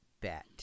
bet